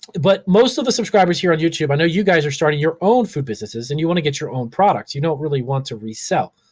but, most of the subscribers here on youtube, i know you guys are starting your own food businesses and you wanna get your own products. you don't really want to resell,